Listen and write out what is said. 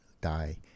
die